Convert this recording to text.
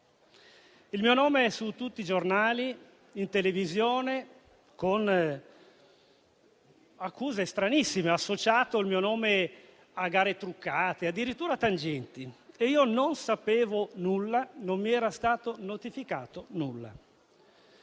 il mio nome è su tutti i giornali e in televisione, con accuse stranissime. Il mio nome è associato a gare truccate, addirittura tangenti, e io non sapevo nulla, non mi era stato notificato nulla.